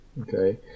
okay